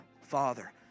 Father